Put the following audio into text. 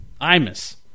Imus